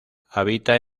habita